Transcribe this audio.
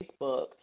Facebook